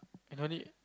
and no need